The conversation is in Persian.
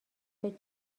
فکر